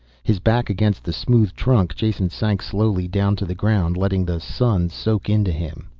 his back against the smooth trunk, jason sank slowly down to the ground, letting the sun soak into him.